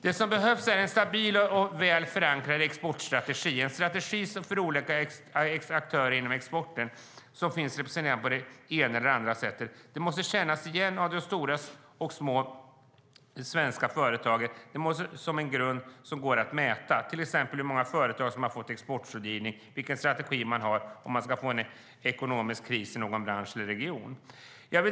Det som behövs är en stabil och väl förankrad exportstrategi, det vill säga en strategi för olika aktörer inom exporten som finns representerade på det ena eller andra sättet. Den måste kännas igen av de stora och små svenska företagen som en grund som kan mätas, till exempel hur många företag som har fått exportrådgivning i strategier vid ekonomisk kris i en bransch eller region.